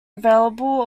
available